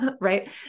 Right